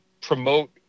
promote